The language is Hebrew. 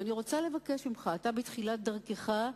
אני רוצה לבקש ממך, אתה בתחילת דרכך,